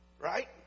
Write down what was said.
Right